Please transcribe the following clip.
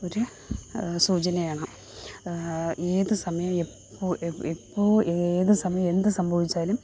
ഒരു സൂചനയാണ് ഏത് സമയം എപ്പോൾ എപ്പോൾ ഏത് സമയം എന്ത് സംഭവിച്ചാലും